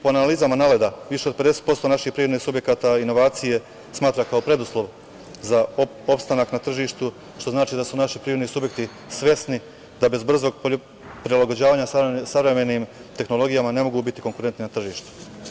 Po analizama NALED-a, više od 50% naših privrednih subjekata inovacije smatra kao preduslov za opstanak na tržištu, što znači da su naši privredni subjekti svesni da bez brzog prilagođavanja savremenim tehnologijama ne mogu biti konkurentni na tržištu.